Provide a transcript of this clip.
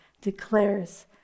declares